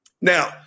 Now